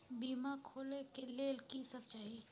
बीमा खोले के लेल की सब चाही?